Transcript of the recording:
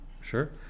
sure